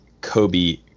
Kobe